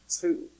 Two